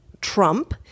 Trump